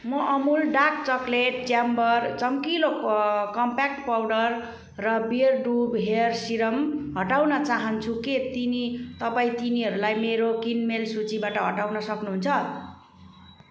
म Amul dark chocolate chamber चम्किलो compact powder र बियरडू हेयर सिरम हटाउन चाहन्छु के तिनी तपाईँ तिनीहरूलाई मेरो किनमेल सूचीबाट हटाउन सक्नुहुन्छ